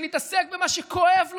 שנתעסק במה שכואב לו,